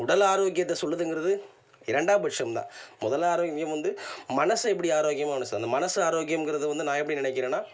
உடல் ஆரோக்கியத்தை சொல்லுதுங்கறது இரண்டாம் பட்சம்தான் முதல் ஆரோக்கியம் வந்து மனசை எப்படி ஆரோக்கியமான ஒன்று ச அந்த மனது ஆரோக்கியங்கிறது வந்து நான் எப்படி நினைக்கிறேன்னா